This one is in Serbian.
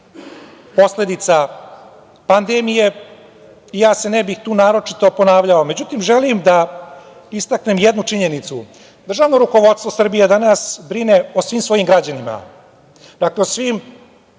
posledica pandemije i ja se ne bih tu naročito ponavljao.Međutim, želim da istaknem jednu činjenicu, državno rukovodstvo Srbije danas brine o svim svojim građanima, dakle o svim